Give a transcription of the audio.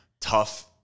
tough